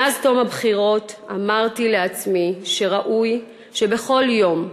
מאז תום הבחירות אמרתי לעצמי שראוי שבכל יום,